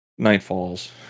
Nightfalls